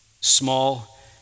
small